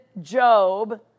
Job